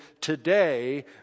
today